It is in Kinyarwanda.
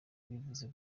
bivuze